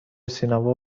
سینما